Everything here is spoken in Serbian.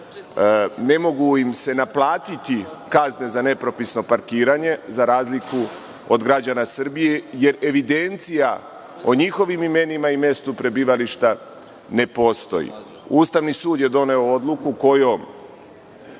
ne mogu im se naplatiti kazne za nepropisno parkiranje, za razliku od građana Srbije, jer evidencija o njihovim imenima i mestu prebivališta ne postoji. Ustavni sud je doneo odluku kojom